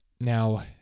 Now